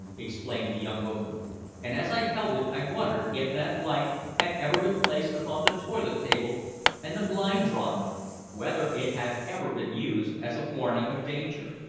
explained the young woman and as i held it i wondered if that light had ever been placed upon the toilet-table and the blind drawn up whether it had ever been used as a warning of danger?